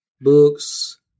books